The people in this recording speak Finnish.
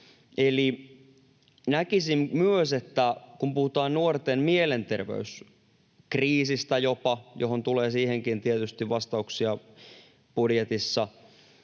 näkisin myös, että kun puhutaan jopa nuorten mielenterveyskriisistä, johon tulee siihenkin tietysti vastauksia budjetissa,